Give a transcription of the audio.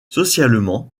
socialement